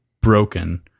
broken